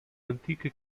antiche